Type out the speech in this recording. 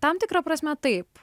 tam tikra prasme taip